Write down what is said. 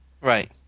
Right